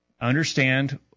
understand